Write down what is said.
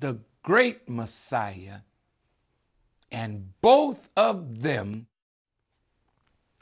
the great messiah and both of them